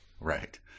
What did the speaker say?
right